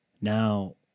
Now